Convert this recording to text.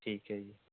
ਠੀਕ ਹੈ ਜੀ